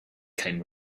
came